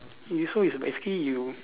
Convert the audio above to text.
you so is basically you